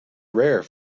rare